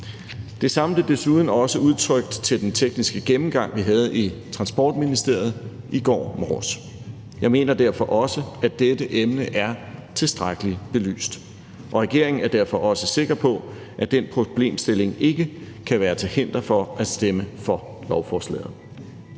Det samme blev desuden også udtrykt til den tekniske gennemgang, vi havde i Transportministeriet i går morges. Jeg mener derfor også, at dette emne er tilstrækkeligt belyst, og regeringen er derfor også sikker på, at den problemstilling ikke kan være til hinder for at stemme for lovforslaget.